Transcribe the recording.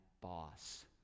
boss